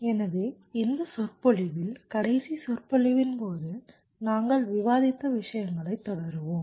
எனவே இந்த சொற்பொழிவில் கடைசி சொற்பொழிவின் போது நாங்கள் விவாதித்த விஷயங்களைத் தொடருவோம்